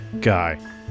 guy